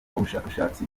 ubushakashatsi